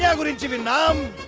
yeah would've given um